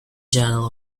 journal